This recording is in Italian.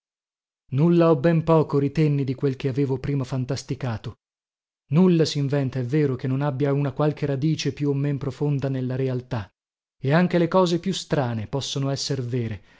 nulla o ben poco ritenni di quel che avevo prima fantasticato nulla sinventa è vero che non abbia una qualche radice più o men profonda nella realtà e anche le cose più strane possono esser vere